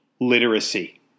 literacy